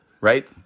Right